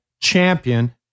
champion